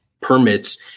permits